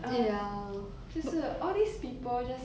ah 就是 all these people just